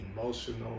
emotional